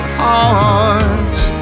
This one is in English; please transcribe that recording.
hearts